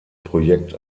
projekt